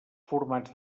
formats